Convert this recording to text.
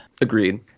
Agreed